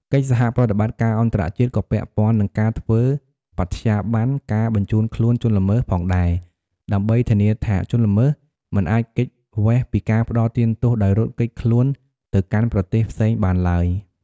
កិច្ចសហប្រតិបត្តិការអន្តរជាតិក៏ពាក់ព័ន្ធនឹងការធ្វើបត្យាប័នការបញ្ជូនខ្លួនជនល្មើសផងដែរ ដើម្បីធានាថាជនល្មើសមិនអាចគេចវេសពីការផ្តន្ទាទោសដោយរត់គេចខ្លួនទៅកាន់ប្រទេសផ្សេងបានឡើយ។